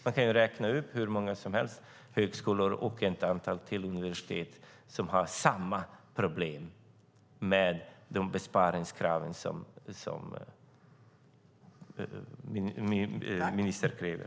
Man kan räkna upp hur många högskolor som helst och ett antal universitet som har samma problem med de besparingar som ministern kräver.